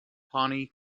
pawnee